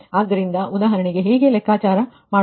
ಆದ್ದರಿಂದ ಉದಾಹರಣೆಗೆ ಹೇಗೆ ಲೆಕ್ಕಾಚಾರ ಮಾಡುತ್ತದೆ